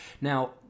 now